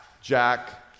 Jack